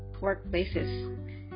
workplaces